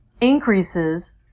increases